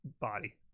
body